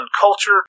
culture